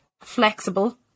flexible